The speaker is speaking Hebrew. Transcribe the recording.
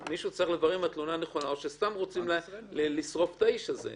מישהו צריך לברר אם התלונה נכונה או שסתם רוצים לשרוף את האיש הזה.